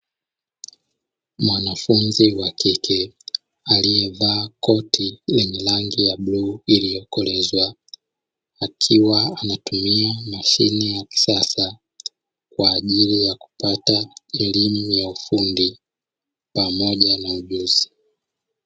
Mwanafunzi wa kike aliye vaa koti lenye rangi ya bluu iliyokolezwa, akiwa anatumia mashine ya kisasa kwa ajili ya kupata elimu ya ufundi pamoja na ujuzi.